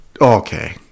okay